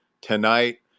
tonight